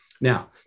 Now